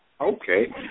Okay